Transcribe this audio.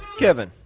kevin,